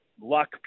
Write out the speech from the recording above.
luck